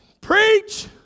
Preach